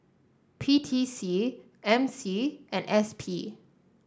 P T C M C and S P